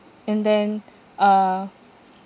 and then uh